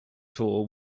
tour